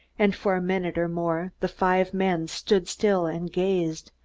and for a minute or more the five men stood still and gazed,